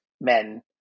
men